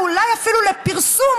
ואולי אפילו לפרסום.